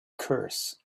curse